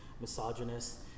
misogynist